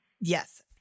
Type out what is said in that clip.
Yes